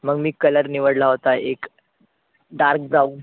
मग मी कलर निवडला होता एक डार्क ब्राऊन